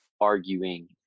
arguing